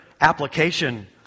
application